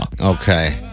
Okay